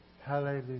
Hallelujah